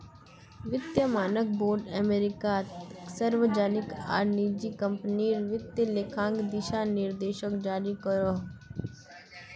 वित्तिय मानक बोर्ड अमेरिकात सार्वजनिक आर निजी क्म्पनीर वित्तिय लेखांकन दिशा निर्देशोक जारी करोहो